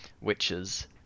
witches